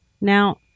Now